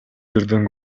жерден